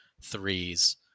threes